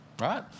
Right